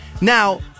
Now